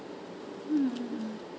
mm